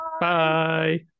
bye